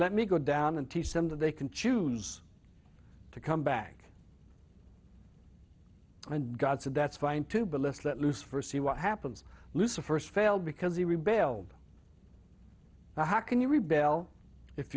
let me go down and teach them that they can choose to come back and god said that's fine too but let's let loose for see what happens loose of first failed because he rebelled but how can you rebel if